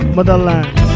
Motherland